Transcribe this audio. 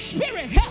spirit